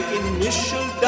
initial